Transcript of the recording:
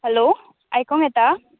hello आयकोंक येता